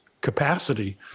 capacity